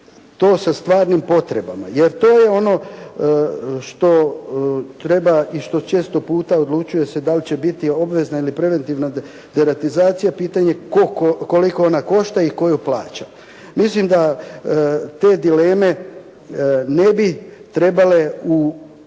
to sa stvarnim potrebama jer to je ono što treba i što često puta odlučuje se da li će biti obavezna ili preventivna deratizacija, pitanje koliko ona košta i tko ju plaća? Mislim da te dileme ne bi trebale u